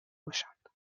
باشند